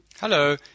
Hello